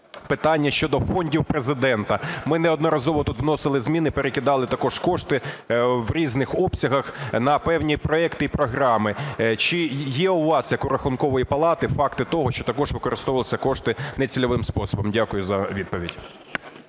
Питання щодо фондів Президента. Ми неодноразово тут вносили зміни, перекидали також кошти в різних обсягах на певні проекти і програми. Чи є у вас як у Рахункової палати факти того, що також використовувалися кошти нецільовим способом? Дякую за відповідь.